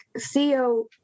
Theo